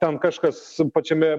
ten kažkas pačiame